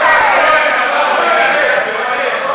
מה זה?